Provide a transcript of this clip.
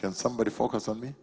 can somebody focus on me